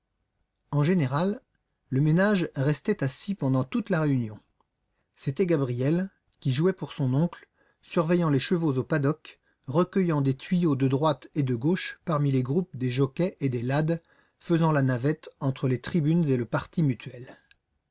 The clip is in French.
en général le ménage restait assis pendant toute la réunion c'était gabriel qui jouait pour son oncle surveillant les chevaux au paddock recueillant des tuyaux de droite et de gauche parmi les groupes des jockeys et des lads faisant la navette entre les tribunes et le pari mutuel